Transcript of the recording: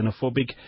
xenophobic